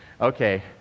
Okay